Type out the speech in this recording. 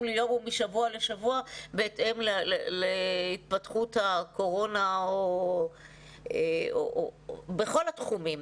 ליום ומשבוע לשבוע בהתאם להתפתחות הקורונה בכל התחומים.